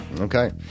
Okay